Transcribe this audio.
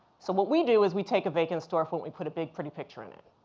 so what we do is we take a vacant storefront, we put a big pretty picture in it.